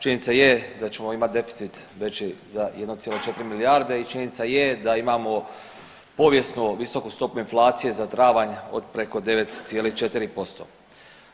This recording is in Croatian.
Činjenica je da ćemo imati deficit veći za 1,4 milijarde i činjenica je da imamo povijesno visoku stopu inflacije za travanj od preko 9,4%